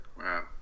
Wow